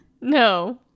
No